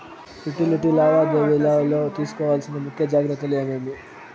Utility లావాదేవీల లో తీసుకోవాల్సిన ముఖ్య జాగ్రత్తలు ఏమేమి?